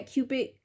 Cupid